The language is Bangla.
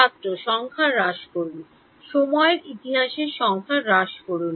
ছাত্র সংখ্যা হ্রাস করুন সময়ের ইতিহাসের সংখ্যা হ্রাস করুন